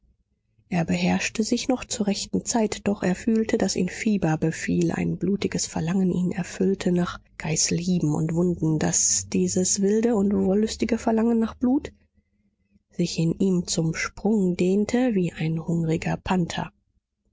er beherrschte sich noch zur rechten zeit doch er fühlte daß ihn fieber befiel ein blutiges verlangen ihn erfüllte nach geißelhieben und wunden daß dieses wilde und wollüstige verlangen nach blut sich in ihm zum sprung dehnte wie ein hungriger panther